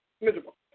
Miserable